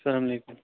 اَسلام علیکُم